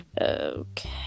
Okay